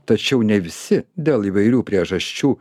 tačiau ne visi dėl įvairių priežasčių